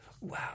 Wow